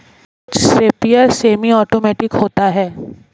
कुछ sprayer semi automatic होते हैं